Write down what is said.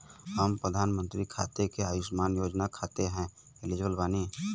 हम प्रधानमंत्री के अंशुमान योजना खाते हैं एलिजिबल बनी?